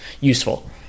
useful